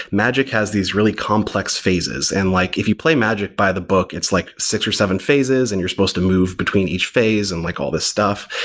magic has these really complex phases. and like if you play magic by the book, it's like six or seven phases and you're supposed to move between each phase, and like all these stuff,